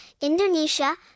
Indonesia